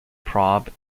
probe